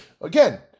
again